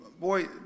boy